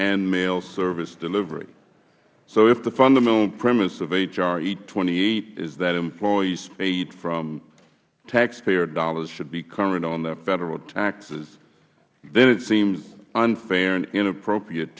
and mail service delivery so if the fundamental premise of h r eight hundred and twenty eight is that employees paid from taxpayer dollars should be current on their federal taxes then it seems unfair and inappropriate